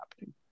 happening